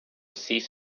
cease